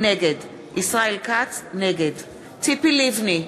נגד ציפי לבני,